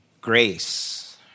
grace